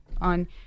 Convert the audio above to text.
on